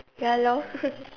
ya lor